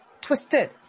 twisted